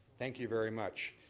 thank you very much.